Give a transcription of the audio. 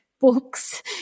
books